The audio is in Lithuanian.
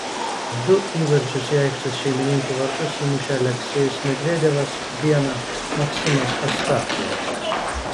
du įvarčius į aikštės šeimininkų vartus įmušė aleksejus medvedevas vieną maksimas astafjevas